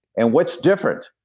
and what's different?